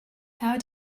how